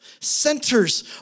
centers